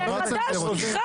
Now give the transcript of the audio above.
זה לא נימוק של נושא חדש, סליחה.